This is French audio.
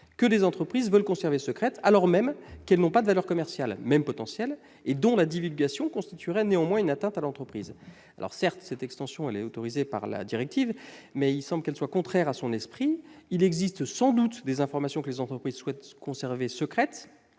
que les entreprises veulent conserver secrètes alors même qu'elles n'ont pas de valeur commerciale, même potentielle, et dont la divulgation constituerait néanmoins une atteinte à l'entreprise. Certes, cette extension est autorisée par la directive, mais elle semble contraire à son esprit. Il existe sans doute des informations que les entreprises souhaitent conserver secrètes